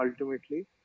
ultimately